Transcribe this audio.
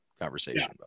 conversation